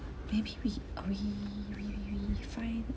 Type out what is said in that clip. maybe we uh we we we we find